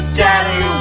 daddy